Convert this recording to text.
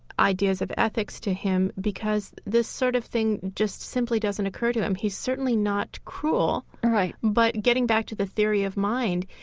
ideas of ethics to him, because this sort of thing just simply doesn't occur to him. he's certainly not cruel right but getting back to the theory of mind,